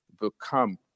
become